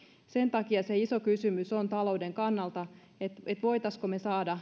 sen takia se iso kysymys talouden kannalta on se voisimmeko me saada